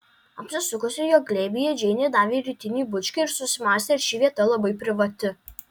apsisukusi jo glėbyje džeinė davė rytinį bučkį ir susimąstė ar ši vieta labai privati